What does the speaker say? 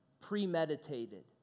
premeditated